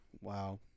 Wow